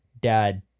dad